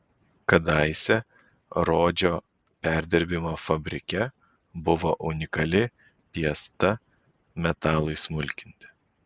kadaise rodžio perdirbimo fabrike buvo unikali piesta metalui smulkinti